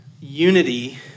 unity